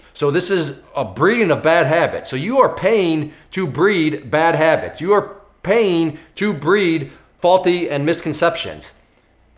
so this is a breeding of bad habits. so you are paying to breed bad habits. you are paying to breed faulty and misconceptions.